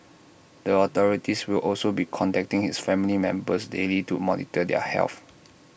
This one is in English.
the authorities will also be contacting his family members daily to monitor their health